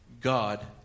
God